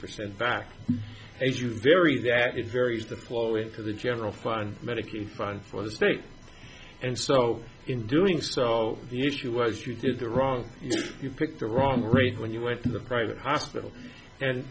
percent back as you vary that it varies the flow into the general fund medicaid fund for the state and so in doing so the issue was you did the wrong you picked the wrong grade when you went to the private hospital and